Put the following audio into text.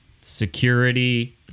security